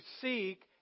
seek